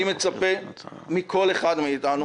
אני מצפה מכל אחד מאתנו